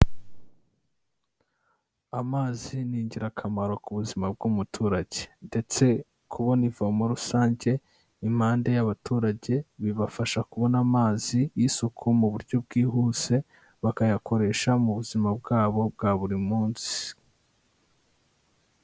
Amazi ni ingirakamaro ku buzima bw'umuturage, ndetse kubona ivomo rusange impande y'abaturage bibafasha kubona amazi y'isuku mu buryo bwihuse bakayakoresha mu buzima bwabo bwa buri munsi.